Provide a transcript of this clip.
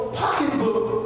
pocketbook